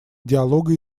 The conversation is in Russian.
диалога